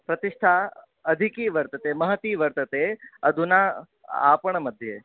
प्रतिष्ठा अधिकं वर्तते महती वर्तते अधुना आपणमध्ये